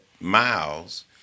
Miles—